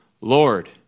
Lord